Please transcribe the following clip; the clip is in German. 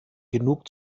genug